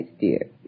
dear